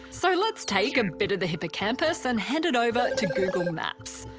so let's take a bit of the hippocampus and hand it over to google maps.